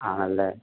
ആണല്ലേ